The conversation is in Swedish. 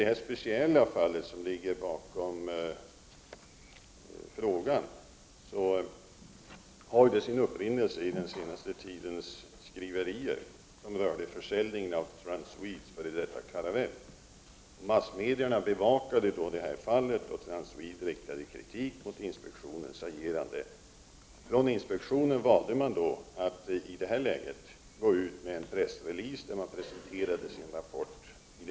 Det speciella fall som ligger bakom frågan har sin upprinnelse i den senaste tidens skriverier, som rörde försäljningen av Transwedes f.d. Caravelle. Massmedia bevakade det fallet, och Transwede riktade kritik mot inspektionens agerande. Inspektionen valde i det läget att gå ut med en pressrelease där man presenterade sin rapport.